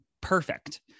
perfect